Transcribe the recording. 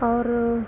और